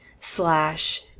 slash